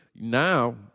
Now